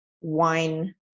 wine